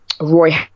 roy